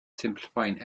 simplifying